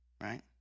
Right